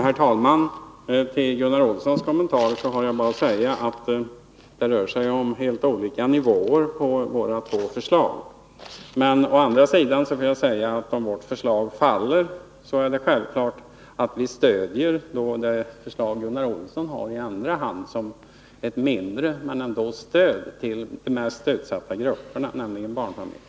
Herr talman! Med anledning av Gunnar Olssons kommentar kan jag bara säga att det rör sig om helt olika nivåer på våra två förslag. Å andra sidan vill jag säga att vi, om vårt förslag faller, självfallet i andra hand stödjer Gunnar Olssons förslag, som innebär ett mindre stöd, men ändå ett stöd till den mest utsatta gruppen, nämligen barnfamiljerna.